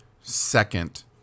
second